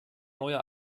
neuer